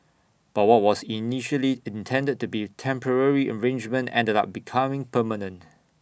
but what was initially intended to be temporary arrangement ended up becoming permanent